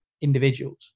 individuals